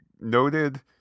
noted